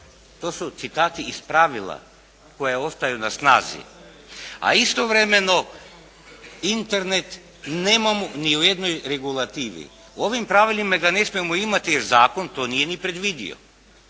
To su citati iz pravila koja ostaju na snazi. A istovremeno Internet nemamo ni u jednoj regulativi. U ovim pravilima ga ne smijemo imati jer zakon to nije ni predvidio.